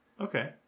Okay